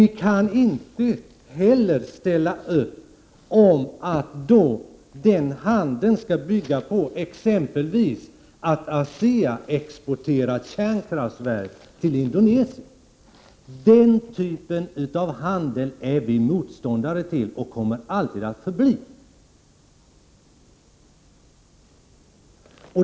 Vi kan inte heller ställa upp på att handeln med Indonesien skall bygga på exempelvis ASEA:s export av kärnkraftverk. Den typen av handel är vi motståndare till och kommer alltid att så förbli.